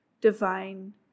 divine